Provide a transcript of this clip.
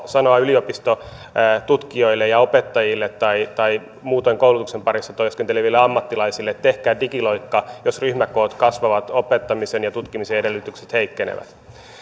sanoa yliopistotutkijoille ja opettajille tai tai muutoin koulutuksen parissa työskenteleville ammattilaisille että tehkää digiloikka jos ryhmäkoot kasvavat opettamisen ja tutkimisen edellytykset heikkenevät